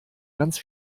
ganz